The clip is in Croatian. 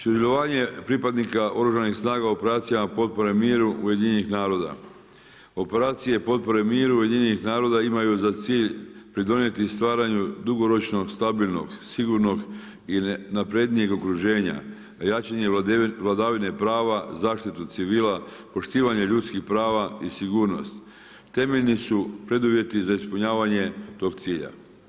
Sudjelovanje pripadnika Oružanih snaga u operacijama potpore miru Ujedinjenih naroda, operacije potpore miru Ujedinjenih naroda imaju za cilj pridonijeti i stvaranju dugoročnog, stabilnog, sigurnog i naprednijeg okruženja, jačanje vladavine prava, zaštitu civila, poštivanje ljudskih prava i sigurnost temeljni su preduvjeti za ispunjavanje tog cilja.